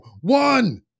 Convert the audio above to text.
one